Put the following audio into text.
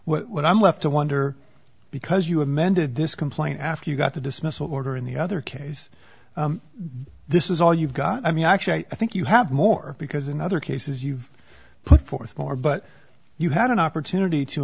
what i'm left to wonder because you amended this complaint after you got the dismissal order in the other case this is all you've got i mean actually i think you have more because in other cases you've put forth more but you had an opportunity to